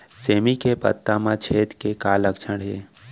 सेमी के पत्ता म छेद के का लक्षण हे?